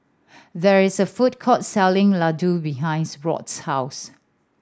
there is a food court selling Ladoo behinds Rob's house